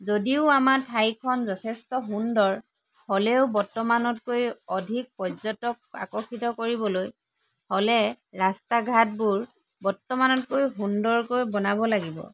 যদিও আমাৰ ঠাইখন যথেষ্ট সুন্দৰ হ'লেও বৰ্তমানতকৈ অধিক পৰ্য্যটক আকৰ্ষিত কৰিবলৈ হ'লে ৰাস্তা ঘাটবোৰ বৰ্তমানতকৈও সুন্দৰকৈ বনাব লাগিব